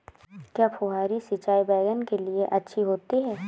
क्या फुहारी सिंचाई बैगन के लिए अच्छी होती है?